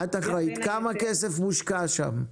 את אחראית, כמה כסף מושקע שם?